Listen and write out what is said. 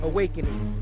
Awakening